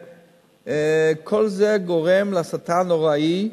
כל זה גורם להסתה נוראית,